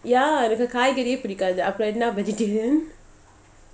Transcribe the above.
ya there's a எனக்குகாய்கறியேபிடிக்காதுஅப்புறம்என்ன:enaku kaaikarie pidikathu apuram enna vegetarian